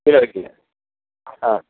കിലോയ്ക്ക് ആ